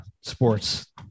sports